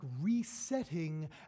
resetting